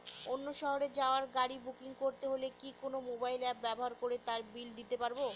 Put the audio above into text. অন্য শহরে যাওয়ার গাড়ী বুকিং করতে হলে কি কোনো মোবাইল অ্যাপ ব্যবহার করে তার বিল দিতে পারব?